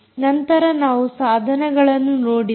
ನಂತರ ನಾವು ಸಾಧನಗಳನ್ನು ನೋಡಿದ್ದೇವೆ